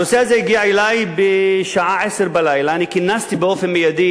הנושא הזה הגיע אלי בשעה 20:00. כינסתי באופן מיידי